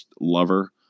lover